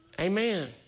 Amen